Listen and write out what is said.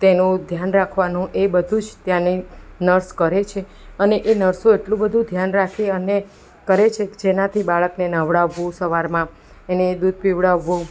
તેનું ધ્યાન રાખવાનું એ બધું જ ત્યાંની નર્સ કરે છે અને એ નર્સો એટલું બધું ધ્યાન રાખે અને કરે છે જેનાથી બાળકને નવડાવવું સવારમાં એને દૂધ પીવડાવવું